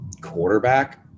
quarterback